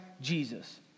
Jesus